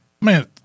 Man